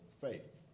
faith